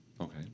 Okay